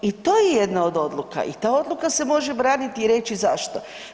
I to je jedna odluka i ta odluka se može braniti i reći zašto.